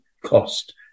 cost